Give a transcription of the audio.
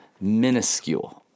minuscule